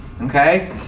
Okay